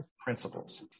principles